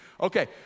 Okay